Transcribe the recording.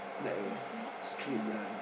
is like yeah